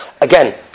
again